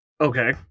Okay